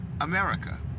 America